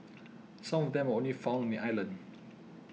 some of them are only found on the island